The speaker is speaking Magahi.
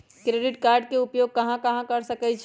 क्रेडिट कार्ड के उपयोग कहां कहां कर सकईछी?